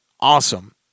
awesome